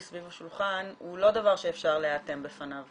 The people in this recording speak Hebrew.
סביב השולחן הוא לא דבר שאפשר להיאטם בפניו.